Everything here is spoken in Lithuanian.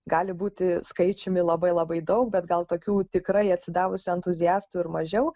gali būti skaičiumi labai labai daug bet gal tokių tikrai atsidavusių entuziastų ir mažiau